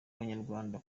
abanyarwanda